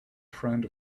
friend